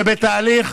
זה בתהליך,